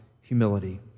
humility